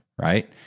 right